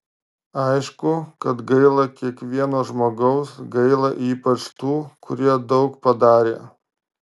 aišku kad gaila kiekvieno žmogaus gaila ypač tų kurie daug padarė